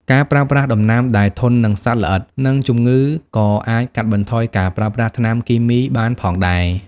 ការប្រើប្រាស់ដំណាំដែលធន់នឹងសត្វល្អិត និងជំងឺក៏អាចកាត់បន្ថយការប្រើប្រាស់ថ្នាំគីមីបានផងដែរ។